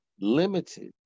limited